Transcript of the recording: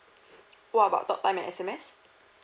what about talk time and S_M_S